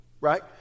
right